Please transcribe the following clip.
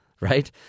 right